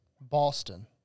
Boston